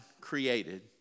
created